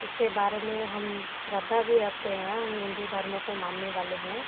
उसके बारे में हम श्रद्धा भी रखते हैं हम हिंदू धर्म को मानने वाले हैं